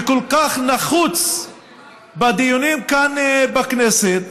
שכל כך נחוץ בדיונים כאן בכנסת,